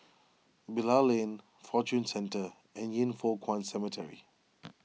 Bilal Lane Fortune Centre and Yin Foh Kuan Cemetery